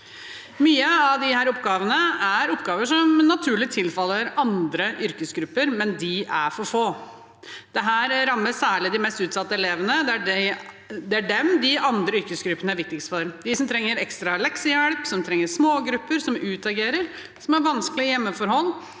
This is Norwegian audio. Mange av disse oppgavene er oppgaver som naturlig tilfaller andre yrkesgrupper, men de er for få. Dette rammer særlig de mest utsatte elevene. Det er disse de andre yrkesgruppene er viktigst for: de som trenger ekstra leksehjelp, som trenger smågrupper, som utagerer, som har vanskelige hjemmeforhold,